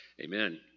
Amen